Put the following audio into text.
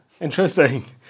interesting